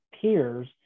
peers